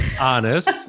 honest